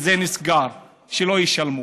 התערבו וזה נסגר שלא ישלמו.